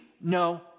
no